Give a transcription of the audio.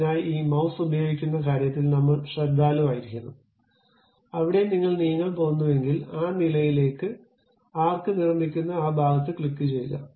അതിനായി ഈ മൌസ് ഉപയോഗിക്കുന്ന കാര്യത്തിൽ നമ്മൾ ശ്രദ്ധാലുവായിരിക്കണം അവിടെ നിങ്ങൾ നീങ്ങാൻ പോകുന്നുവെങ്കിൽ ആ നിലയിലേക്ക് ആർക്ക് നിർമ്മിക്കുന്ന ആ ഭാഗത്ത് ക്ലിക്കുചെയ്യുക